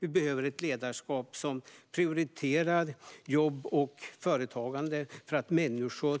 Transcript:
Vi behöver ett ledarskap som prioriterar jobb och företagande så att människor